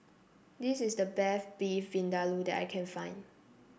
this is the best Beef Vindaloo that I can find